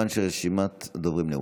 כמובן שרשימת הדוברים נעולה.